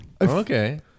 Okay